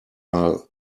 are